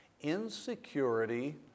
insecurity